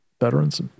veterans